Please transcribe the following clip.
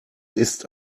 ist